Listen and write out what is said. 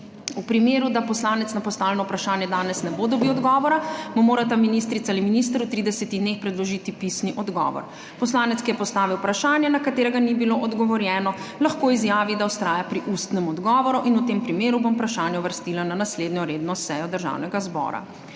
V primeru, da poslanec na postavljeno vprašanje danes ne bo dobil odgovora, mu morata ministrica ali minister v 30 dneh predložiti pisni odgovor. Poslanec, ki je postavil vprašanje, na katerega ni bilo odgovorjeno, lahko izjavi, da vztraja pri ustnem odgovoru, in v tem primeru bom vprašanje uvrstila na naslednjo redno sejo Državnega zbora.